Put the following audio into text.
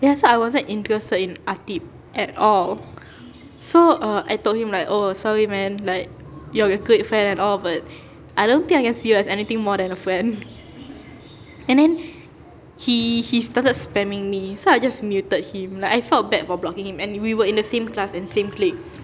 ya so I wasn't interested in ateeb at all so err I told him like oh sorry man like you are a great friend and all but I don't think I can see you as anything more than a friend and then he he started spamming me so I just muted him like I felt bad for blocking him and we were in the same class and same clique